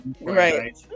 right